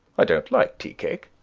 i don't like tea-cake.